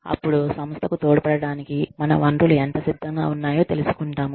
అప్పుడు సంస్థకు తోడ్పడటానికి మన వనరులు ఎంత సిద్ధంగా ఉన్నాయో తెలుసుకుంటాము